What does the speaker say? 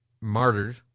martyred